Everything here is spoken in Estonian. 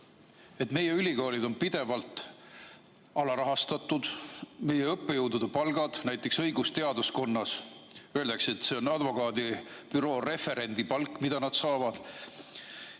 et meie ülikoolid on pidevalt alarahastatud. Meie õppejõudude palgad on väikesed. Näiteks õigusteaduskonnas öeldakse, et see on advokaadibüroo referendi palk, mida nad saavad.